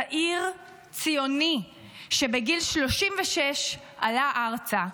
צעיר ציוני שבגיל 36 עלה ארצה.